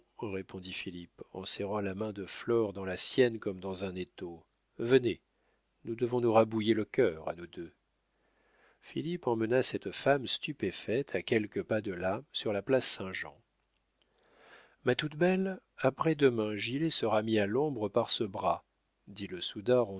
répondit philippe en serrant la main de flore dans la sienne comme dans un étau venez nous devons nous rabouiller le cœur à nous deux philippe emmena cette femme stupéfaite à quelques pas de là sur la place saint-jean ma toute belle après-demain gilet sera mis à l'ombre par ce bras dit le